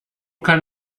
kann